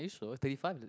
are you sure thirty five